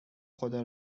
خدا